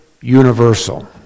universal